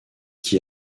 qui